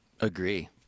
agree